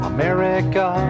America